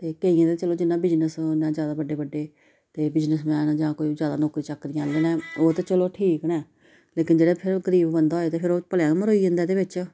ते केइयें ते चलो जिन्नां बिजनस न जैदा बड्डे बड्डे ते बिजनस मैन जां कोई जैदा नौकरी चाकरियें आह्ले न ओह् ते चलो ठीक न लेकिन जेह्ड़े फिर गरीब बंदा होए ते फिर ओह् भलेआं गै मरोई जंदा ऐ एह्दे बिच्च